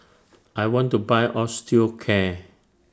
I want to Buy Osteocare